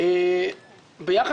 אני מדברת על הרשאות לחיוב.